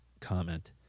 comment